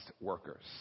workers